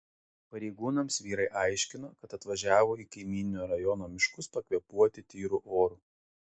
pareigūnams vyrai aiškino kad atvažiavo į kaimyninio rajono miškus pakvėpuoti tyru oru